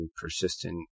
persistent